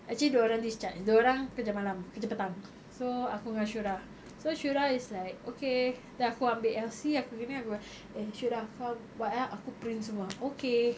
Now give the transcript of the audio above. actually dia orang discharge dia orang kerja malam kerja petang so aku dengan shura so shura is like okay then aku ambil elsie aku gini aku eh shura kau buat eh aku print semua okay